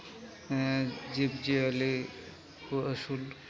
ᱡᱤᱵᱽᱼᱡᱤᱭᱟᱹᱞᱤ ᱠᱚ ᱟᱹᱥᱩᱞ